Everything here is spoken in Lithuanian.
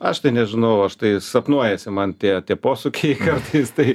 aš tai nežinau aš tai sapnuojasi man tie tie posūkiai kartais tai